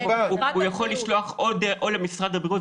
הוא יכול לשלוח או למשרד הבריאות,